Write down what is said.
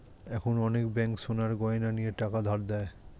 এখন অনেক ব্যাঙ্ক সোনার গয়না নিয়ে টাকা ধার দেয়